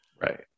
Right